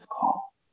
call